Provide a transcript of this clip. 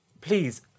please